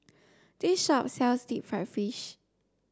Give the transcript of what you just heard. this shop sells deep fried fish